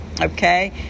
okay